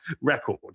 record